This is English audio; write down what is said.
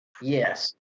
Yes